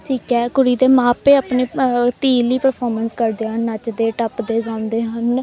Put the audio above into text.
ਠੀਕ ਹੈ ਕੁੜੀ ਦੇ ਮਾਪੇ ਆਪਣੇ ਧੀ ਲਈ ਪਰਫੋਰਮੈਂਸ ਕਰਦੇ ਆ ਨੱਚਦੇ ਟੱਪਦੇ ਗਾਉਂਦੇ ਹਨ